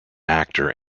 actor